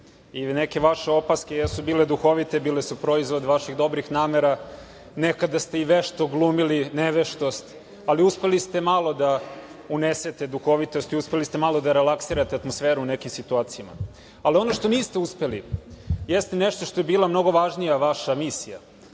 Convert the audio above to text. da neke vaše opaske jesu bile duhovite, bile su proizvod vaših dobrih namera. Nekada ste i vešto glumili neveštost, ali uspeli ste malo da unesete duhovitosti, uspeli ste malo da relaksirate atmosferu u nekim situacijama. Ono što niste uspeli jeste nešto što je bila mnogo važnija vaša misija,